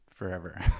forever